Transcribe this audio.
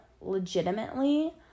legitimately